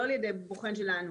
לא על ידי בוחן שלנו.